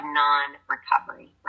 non-recovery